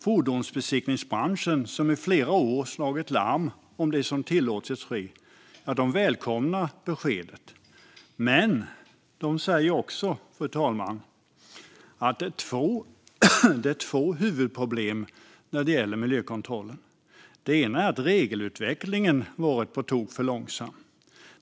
Fordonsbesiktningsbranschen, som i flera år slagit larm om det som tillåtits ske, välkomnar Eneroths besked men säger också att det är två huvudproblem när det gäller miljökontrollen. Det ena är att regelutvecklingen varit på tok för långsam.